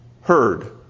heard